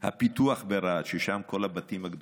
הפיתוח ברהט, ששם כל הבתים הגדולים.